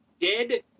dead